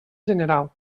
general